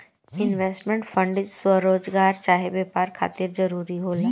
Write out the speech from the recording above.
investment fund स्वरोजगार चाहे व्यापार खातिर जरूरी होला